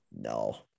No